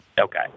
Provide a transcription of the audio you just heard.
Okay